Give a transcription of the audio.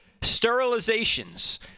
sterilizations